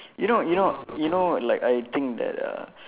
you know you know you know like I think that uh